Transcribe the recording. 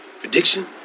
Prediction